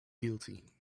guilty